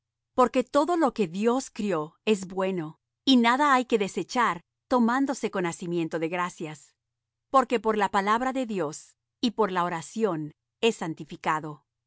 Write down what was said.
porque todo lo que dios crió es bueno y nada hay que desechar tomándose con hacimiento de gracias porque por la palabra de dios y por la oración es santificado